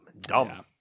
Dumb